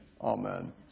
Amen